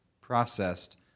processed